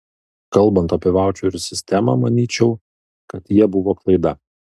kalbant apie vaučerių sistemą manyčiau kad jie buvo klaida